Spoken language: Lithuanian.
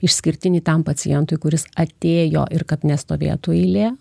išskirtinį tam pacientui kuris atėjo ir kad nestovėtų eilė